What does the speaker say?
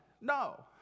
No